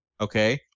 Okay